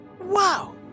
Wow